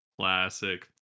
Classic